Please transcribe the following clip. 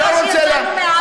מה קרה כשיצאנו מעזה?